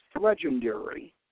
legendary